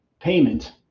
payment